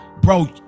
bro